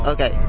Okay